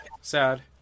Sad